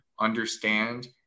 understand